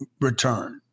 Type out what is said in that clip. return